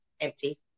empty